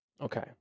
Okay